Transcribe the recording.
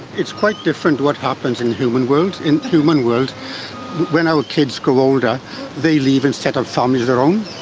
it's quite different what happens in the human world. in the human world when our kids grow older they leave and set up families of their own.